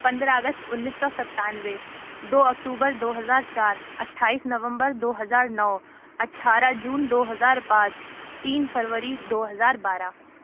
پندرہ اگست انیس سو ستانوے دو اکتوبر دو ہزار چار اٹھائیس نومبر دو ہزار نو اٹھارہ جون دو ہزار پانچ تین فروری دو ہزار بارہ